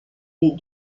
les